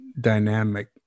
dynamic